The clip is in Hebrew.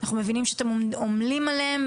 אנחנו מבינים שאתם עומלים עליהם,